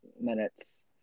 minutes